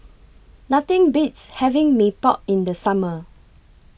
Nothing Beats having Mee Pok in The Summer